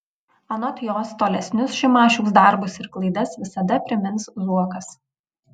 anot jos tolesnius šimašiaus darbus ir klaidas visada primins zuokas